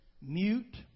mute